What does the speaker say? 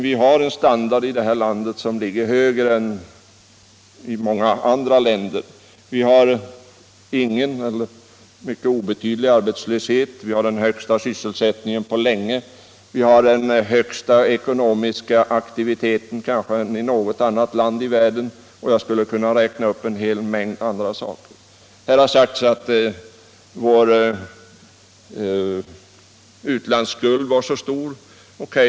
Vi har en standard här i landet som ligger högre än i många andra länder. Vi har ingen eller mycket obetydlig arbetslöshet. Vi har den högsta sysselsättningen på länge. Vi har en högre ekonomisk aktivitet än kanske i något annat land i världen. Det har sagts att vår utlandsskuld är stor. OK.